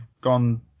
gone